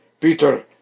Peter